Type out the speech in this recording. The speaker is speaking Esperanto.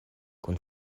kun